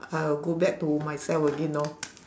I will go back to myself again lor